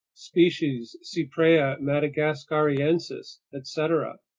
species cypraea madagascariensis, etc.